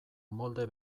molde